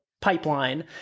pipeline